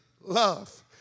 love